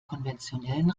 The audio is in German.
konventionellen